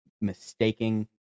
mistaking